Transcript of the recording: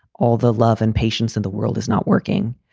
all the love and patients in the world is not working.